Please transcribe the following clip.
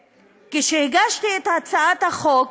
כשהגשתי את הצעת החוק,